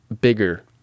bigger